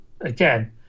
again